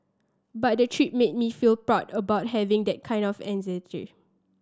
but the trip made me feel proud about having that kind of ancestry